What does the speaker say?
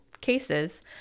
cases